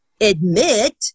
admit